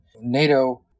NATO